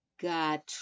got